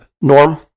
Norm